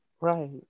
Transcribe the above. Right